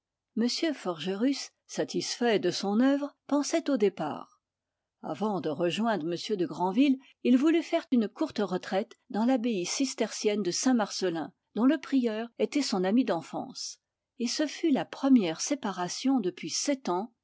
forgerus satisfait de son œuvre pensait au départ avant de rejoindre m de grandville il voulut faire une courte retraite dans l'abbaye cistercienne de saintmarcelin dont le prieur était son ami d'enfance et ce fut la première séparation depuis sept ans